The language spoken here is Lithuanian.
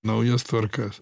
naujas tvarkas